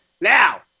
Now